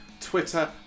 Twitter